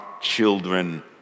children